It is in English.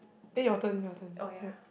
eh your turn your turn right